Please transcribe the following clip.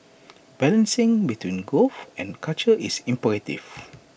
balancing between growth and culture is imperative